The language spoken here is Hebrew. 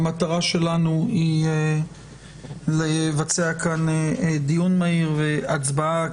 המטרה שלנו היא לבצע כאן דיון מהיר והצבעה,